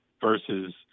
versus